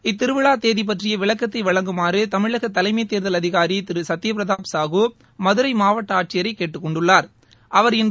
இத்திருவிழா தேதி பற்றிய விளக்கத்தை வழங்குமாறு தமிழக தலைமை தேர்தல் அதிகாரி திரு சத்தியபிரத சாஹு மதுரை மாவட்ட ஆட்சியரை கேட்டுக் கொண்டுள்ளாா்